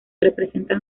representan